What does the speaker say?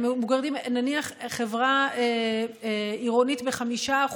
נניח, חברה עירונית ב-5%,